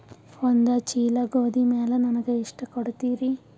ಒಂದ ಚೀಲ ಗೋಧಿ ಮ್ಯಾಲ ನನಗ ಎಷ್ಟ ಕೊಡತೀರಿ?